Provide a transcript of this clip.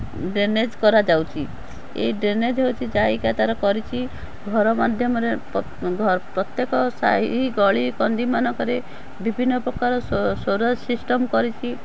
drainage କରାଯାଉଛି ଏଇ drainage ହେଉଛି ଜାଇକା ତା'ର କରିଛି ଘର ମାଧ୍ୟମରେ ପ୍ରତ୍ୟେକ ସାହି ଗଳିକନ୍ଦି ମାନଙ୍କରେ ବିଭିନ୍ନ ପ୍ରକାର ସ୍ୱେରେଜ୍ ସିଷ୍ଟମ୍ କରିଛି